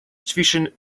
zwischen